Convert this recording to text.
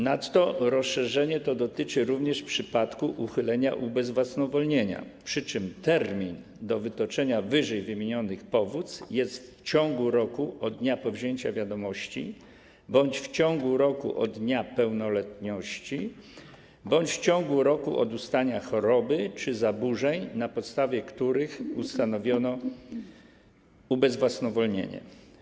Nadto rozszerzenie to dotyczy również przypadku uchylenia ubezwłasnowolnienia, przy czym termin do wytoczenia wyżej wymienionych powództw jest następujący: w ciągu roku od dnia powzięcia wiadomości bądź w ciągu roku od dnia pełnoletności, bądź w ciągu roku od ustania choroby czy zaburzeń, na podstawie których ustanowiono ubezwłasnowolnienie.